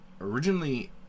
originally